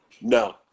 No